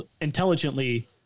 intelligently